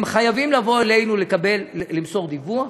הם חייבים לבוא אלינו למסור דיווח.